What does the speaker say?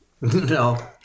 No